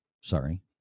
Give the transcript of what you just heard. sorry